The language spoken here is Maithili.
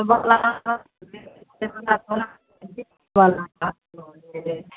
बगुला कात सब शिव गङ्गा टोला गङ्गा कात सब बढ़ले जाइत छै